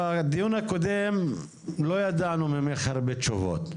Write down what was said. בדיון הקודם לא ידענו ממך הרבה תשובות.